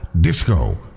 disco